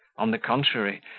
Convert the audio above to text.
on the contrary,